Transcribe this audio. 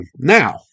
Now